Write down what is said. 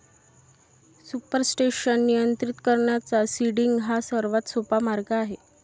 supersaturation नियंत्रित करण्याचा seeding हा सर्वात सोपा मार्ग आहे